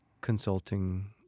consulting